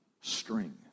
string